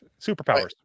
Superpowers